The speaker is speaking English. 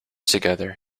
together